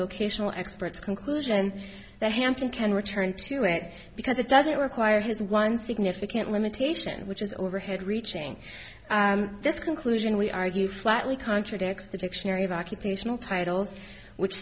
vocational expert's conclusion that hansen can return to it because it doesn't require his one significant limitation which is overhead reaching this conclusion we argue flatly contradicts the dictionary of occupational titles which